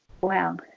Wow